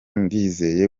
ndizeye